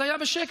זה היה בשקט,